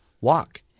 walk